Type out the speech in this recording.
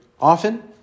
often